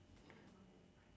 okay a for